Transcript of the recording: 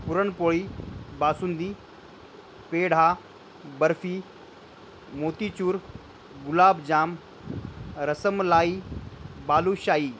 puran poli basundi peda barfi motichoor gulabjam rasmalai balushahi